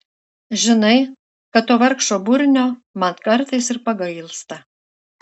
žinai kad to vargšo burnio man kartais ir pagailsta